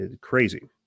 Crazy